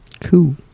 Cool